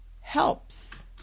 helps